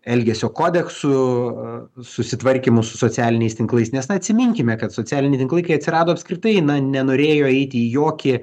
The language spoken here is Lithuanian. elgesio kodeksų susitvarkymu su socialiniais tinklais nes na atsiminkime kad socialiniai tinklai kai atsirado apskritai na nenorėjo eiti į jokį